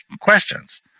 questions